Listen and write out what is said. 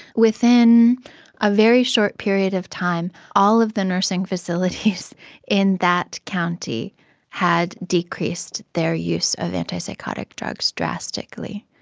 within a very short period of time, all of the nursing facilities in that county had decreased their use of antipsychotic drugs drastically.